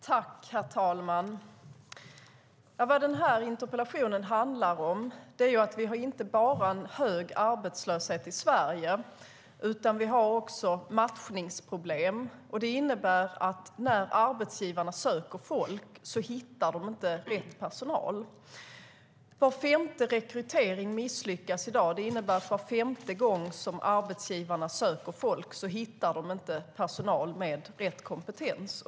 Herr talman! Vad den här interpellationen handlar om är att vi inte bara har en hög arbetslöshet i Sverige, utan vi har också matchningsproblem. Det innebär att arbetsgivarna inte hittar rätt personal när de söker folk. Var femte rekrytering misslyckas i dag. Det innebär att var femte gång som arbetsgivarna söker folk hittar de inte personal med rätt kompetens.